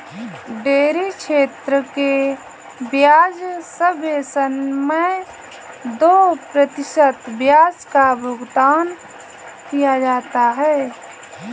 dairy क्षेत्र के ब्याज सबवेसन मैं दो प्रतिशत ब्याज का भुगतान किया जाता है